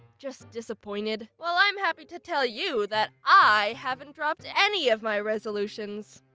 just disappointed well, i'm happy to tell you that i haven't dropped any of my resolutions!